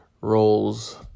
roles